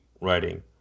writing